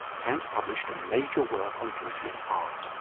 kant published a major work on beauty and art,